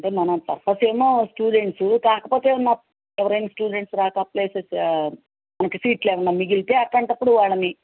అంటే మన పర్పస్ ఏమో స్టూడెంట్స్ కాకపోతే ఎవరైనా స్టూడెంట్స్ రాక ప్లేసెస్ మనకు సీట్లు ఏవైనా మిగిలితే అట్లాంటప్పుడు వాళ్ళని